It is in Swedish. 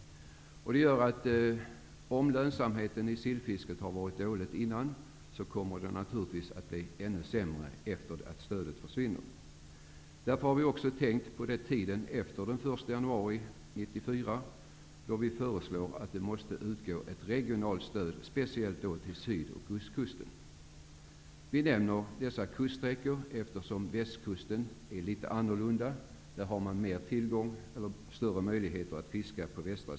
Om lönsamheten för sillfisket har varit dålig tidigare, kommer den naturligtvis att bli ännu sämre när stödet försvinner. Därför har vi också tänkt på tiden efter den 1 januari 1994. Vi föreslår att ett regionalt stöd skall utgå speciellt till Syd och Ostkusten. Vi nämner dessa kuststräckor, eftersom Västkusten är litet annorlunda. Där har man större tillgång och bättre möjligheter att fiska.